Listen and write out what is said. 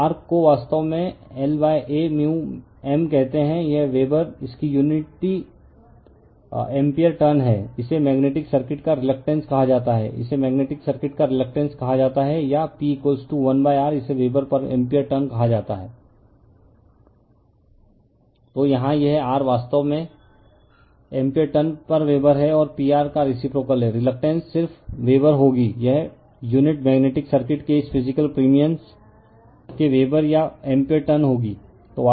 तो R को वास्तव में lA μM कहते हैं यह पर वेबर इसकी यूनिटी एम्पीयर टर्न है इसे मेग्नेटिक सर्किट का रीलकटेन्स कहा जाता है इसे मेग्नेटिक सर्किट का रीलकटेन्स कहा जाता हैया P 1 R इसे वेबर पर एम्पीयर टर्न कहा जाता है तो यहाँ यह R वास्तव में एम्पीयर टर्न पर वेबर है और P R का रेसिप्रोकल है रीलकटेन्स सिर्फ वेबर होगी यह यूनिट मेग्नेटिक सर्किट के इस फिजिकल प्रिमिएंस के वेबर या एम्पीयर टर्न होगी